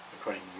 according